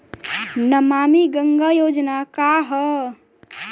नमामि गंगा योजना का ह?